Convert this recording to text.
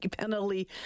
penalty